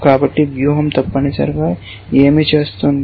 కాబట్టి వ్యూహం తప్పనిసరిగా ఏమి చేస్తుంది